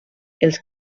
els